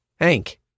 Hank